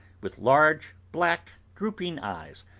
with large, black, drooping eyes,